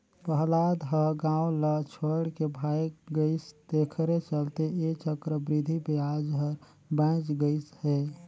पहलाद ह गाव ल छोएड के भाएग गइस तेखरे चलते ऐ चक्रबृद्धि बियाज हर बांएच गइस हे